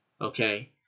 Okay